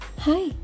hi